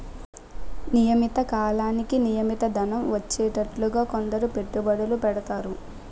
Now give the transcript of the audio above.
నియమిత కాలానికి నియమిత ధనం వచ్చేటట్టుగా కొందరు పెట్టుబడులు పెడతారు